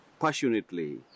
passionately